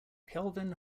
kelvin